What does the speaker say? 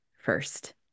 first